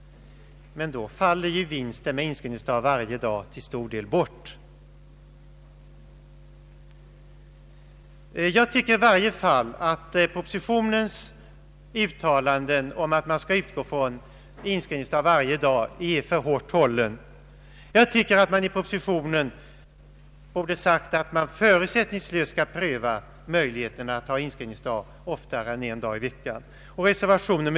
Men då faller ju vinsten med inskrivningsdag varje dag till stor del bort. Jag tycker i varje fall att uttalandet i propositionen om att man skall utgå från inskrivningsdag varje arbetsdag är alltför hårt hållet. Enligt min mening borde man i propositionen ha sagt att möjligheterna att ha inskrivnings dag oftare än en dag i veckan skall förutsättningslöst prövas.